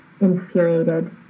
infuriated